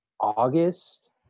August